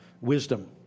wisdom